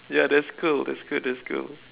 ya that's cool that's good that's cool